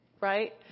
Right